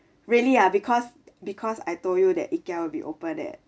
really ah because because I told you that ikea will be opened there